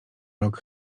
rok